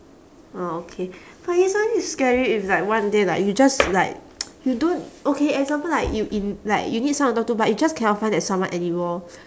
oh okay but isn't it scary if like one day like you just like you don't okay example like you in~ like you need someone to talk to but you just cannot find that someone anymore